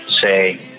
say